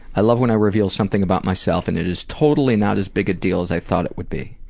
i love when i reveal something about myself and it is totally not as big a deal as i thought it would be.